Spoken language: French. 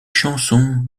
chanson